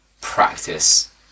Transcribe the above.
practice